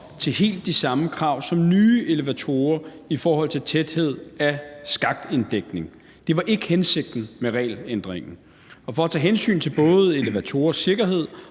til helt de samme krav som nye elevatorer i forhold til tæthed af skaktinddækningen. Det var ikke hensigten med regelændringen. Og for at tage hensyn til både elevatorers sikkerhed